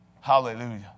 Hallelujah